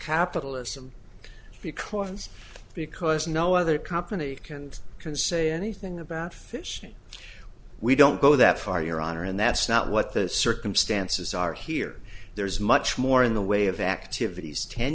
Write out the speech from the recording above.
capitalism because because no other company can and can say anything about fish we don't go that far your honor and that's not what the circumstances are here there's much more in the way of activities ten